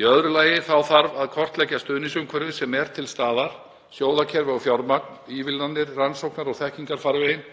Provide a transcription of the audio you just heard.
Í öðru lagi þarf að kortleggja stuðningsumhverfið sem er til staðar, sjóðakerfi og fjármagn, ívilnanir, rannsókna- og þekkingarfarveginn